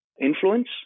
influence